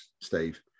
Steve